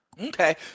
Okay